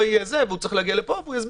הוא צריך להגיע לפה והוא יסביר.